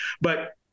But-